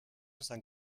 sans